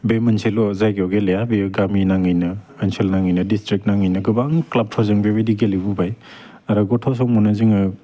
बे मोनसेल' जायगायाव गेलेया गामि नाङैनो ओनसोल नाङैनो डिस्ट्रिक्ट नाङैनो गोबां क्लाबफोरजों बेबायदि गेलेबोबाय आरो गथ' समावनो जोङो